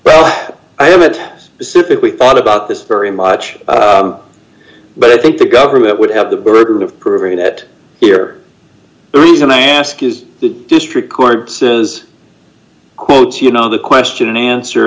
but i have it is it that we thought about this very much but i think the government would have the burden of proving it here the reason i ask is the district court says quote you know the question and answer